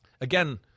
again –